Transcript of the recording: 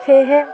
সেয়েহে